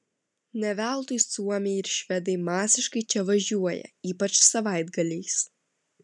ne veltui suomiai ir švedai masiškai čia važiuoja ypač savaitgaliais